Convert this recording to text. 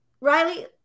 Riley